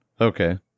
Okay